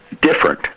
different